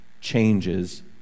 changes